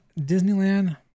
Disneyland